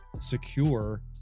secure